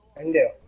and